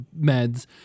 meds